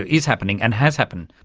is happening and has happened.